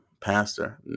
pastor